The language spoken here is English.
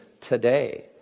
today